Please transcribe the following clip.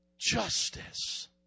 justice